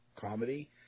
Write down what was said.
comedy